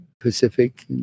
Pacific